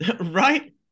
Right